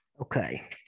okay